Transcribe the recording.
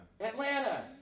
Atlanta